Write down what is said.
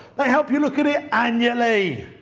they help you look at it annually.